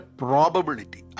probability